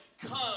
come